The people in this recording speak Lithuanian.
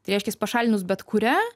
tai reiškias pašalinus bet kurią